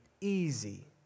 easy